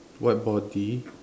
white body